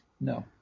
No